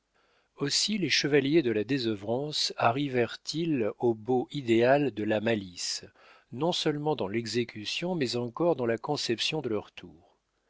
aussi les chevaliers de la désœuvrance arrivèrent ils au beau idéal de la malice non-seulement dans l'exécution mais encore dans la conception de leurs tours